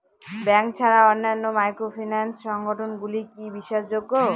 Bank ছাড়া অন্যান্য microfinance সংগঠন গুলি কি বিশ্বাসযোগ্য?